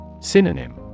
Synonym